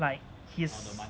like his